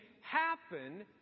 happen